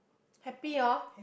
happy lor